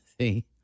see